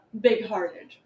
big-hearted